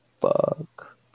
Fuck